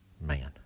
man